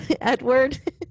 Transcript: Edward